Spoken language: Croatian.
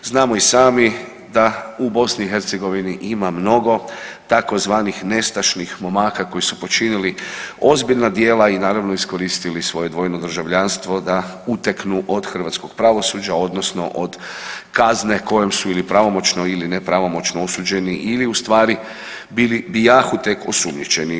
Znamo i sami da u BiH ima mnogo tzv. nestašnih momaka koji su počinili ozbiljna djela i naravno iskoristili svoje dvojno državljanstvo da uteknu od hrvatskog pravosuđa odnosno od kazne kojom su ili pravomoćno ili nepravomoćno osuđeni ili ustvari bijahu tek osumnjičeni.